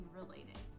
related